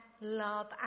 love